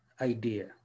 idea